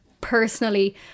personally